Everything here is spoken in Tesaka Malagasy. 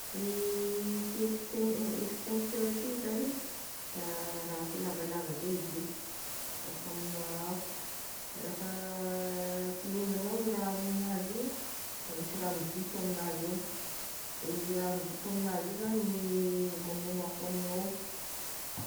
E ty estin- extincteur ty zagny, da raha akoa lavalava zay izy io da famonoa afo, da raha fa pigneninao io raha amignazy io, de misy raha mizoso aminazy ao, de io raha mizoso aminazy io zany gne mamono raha afo amignao.